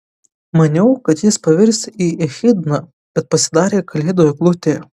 maniau kad jis pavirs į echidną bet pasidarė kalėdų eglutė